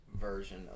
version